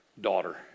daughter